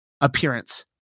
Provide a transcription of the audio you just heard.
appearance